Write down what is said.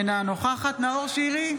אינה נוכחת נאור שירי,